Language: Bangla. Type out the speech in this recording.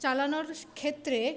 চালানোর ক্ষেত্রে